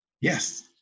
Yes